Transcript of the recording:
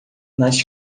nas